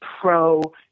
pro